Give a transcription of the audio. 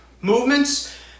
movements